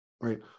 right